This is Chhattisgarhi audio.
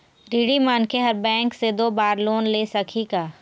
ऋणी मनखे हर बैंक से दो बार लोन ले सकही का?